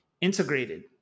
integrated